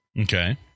Okay